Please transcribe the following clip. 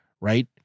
right